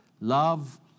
Love